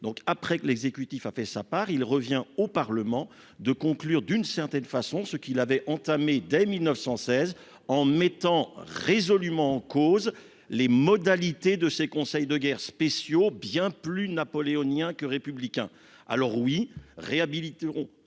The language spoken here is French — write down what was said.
donc après que l'exécutif a fait sa part il revient au Parlement de conclure d'une certaine façon ce qu'il avait entamé dès 1916 en mettant résolument en cause les modalités de ces conseils de guerre spéciaux bien plus napoléonien que républicain. Alors oui réhabiliter